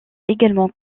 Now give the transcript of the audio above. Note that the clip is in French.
également